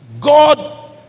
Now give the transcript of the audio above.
God